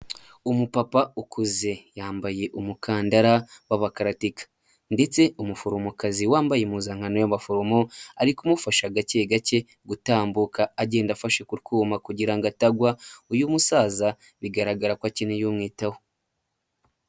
Umupapa ukuze, yambaye umukandara w'abakaratika ndetse umuforomokazi wambaye impuzankano y'abaforomo, ari kumufasha gake gake gutambuka, agenda afashe kutwuma kugira ngo atagwa, uyu musaza bigaragara ko akeneye umwitaho.